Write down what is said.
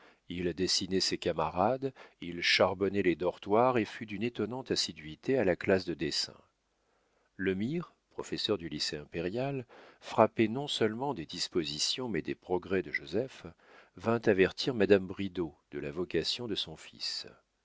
il dessinait ses camarades il charbonnait les dortoirs et fut d'une étonnante assiduité à la classe de dessin lemire professeur du lycée impérial frappé non-seulement des dispositions mais des progrès de joseph vint avertir madame bridau de la vocation de son fils